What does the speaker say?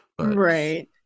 right